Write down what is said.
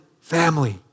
family